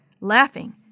Laughing